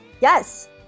Yes